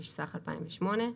התשס"ח-2008,